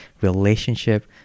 relationship